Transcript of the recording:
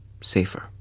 safer